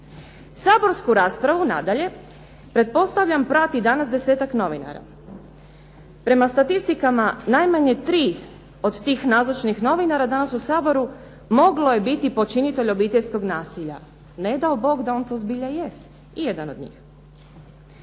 Saborsku raspravu nadalje pretpostavljam prati danas desetak novinara. Prema statistikama najmanje tri od tih nazočnih novinara danas u Saboru moglo je biti počinitelj obiteljskog nasilja. Ne dao Bog da on to zbilja i jest, ijedan od njih.